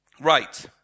Right